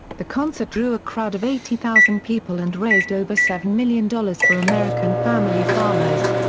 the concert drew a crowd of eighty thousand people and raised over seven million dollars for american family farmers.